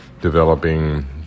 developing